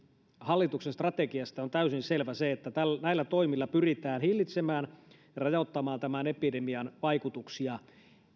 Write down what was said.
hallituksen strategiasta on täysin selvä se että näillä toimilla pyritään hillitsemään ja rajoittamaan tämän epidemian vaikutuksia